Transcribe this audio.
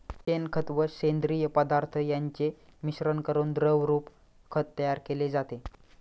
शेणखत व सेंद्रिय पदार्थ यांचे मिश्रण करून द्रवरूप खत तयार केले जाते